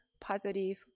positive